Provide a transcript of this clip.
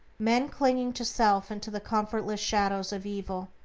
men, clinging to self and to the comfortless shadows of evil,